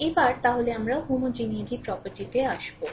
এবার তাহলে আমরা হোমোজিনিয়েটি প্রপার্টিতে আসবো